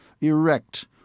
erect